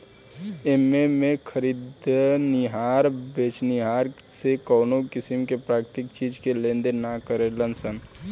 एमें में खरीदनिहार बेचनिहार से कवनो किसीम के प्राकृतिक चीज के लेनदेन ना करेलन सन